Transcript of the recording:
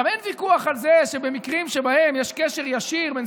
אין ויכוח על זה שבמקרים שבהם יש קשר ישיר בין